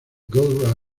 gold